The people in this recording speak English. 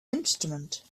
instrument